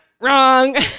Wrong